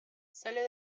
sale